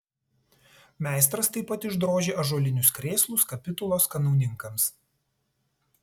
meistras taip pat išdrožė ąžuolinius krėslus kapitulos kanauninkams